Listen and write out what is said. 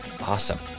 Awesome